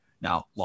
Now